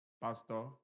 Pastor